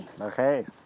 Okay